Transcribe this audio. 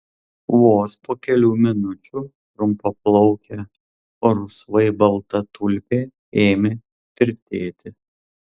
vos po kelių minučių trumpaplaukė rusvai balta tulpė ėmė tirtėti